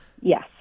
Yes